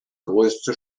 größte